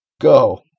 Go